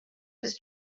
his